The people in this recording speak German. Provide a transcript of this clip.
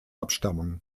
abstammung